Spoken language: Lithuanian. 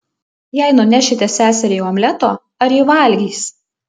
jei nunešite seseriai omleto ar ji valgys